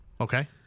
Okay